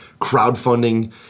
crowdfunding